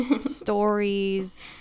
stories